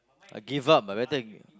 I give up better